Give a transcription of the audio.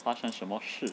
发生什么事